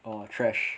oh trash